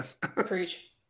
Preach